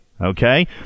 Okay